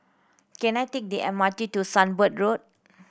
can I take the M R T to Sunbird Road